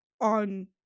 on